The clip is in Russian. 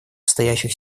стоящих